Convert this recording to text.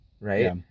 right